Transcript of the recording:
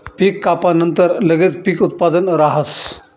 पीक कापानंतर लगेच पीक उत्पादन राहस